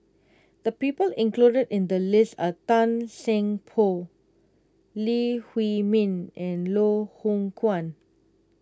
the people included in the list are Tan Seng Poh Lee Huei Min and Loh Hoong Kwan